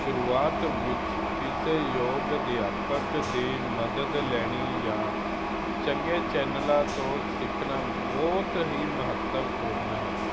ਸ਼ੁਰੂਆਤ ਵਿੱਚ ਕਿਸੇ ਯੋਗ ਅਧਿਆਪਕ ਦੀ ਮਦਦ ਲੈਣੀ ਜਾਂ ਚੰਗੇ ਚੈਨਲਾਂ ਤੋਂ ਸਿੱਖਣਾ ਬਹੁਤ ਹੀ ਮਹੱਤਵਪੂਰਨ ਹੈ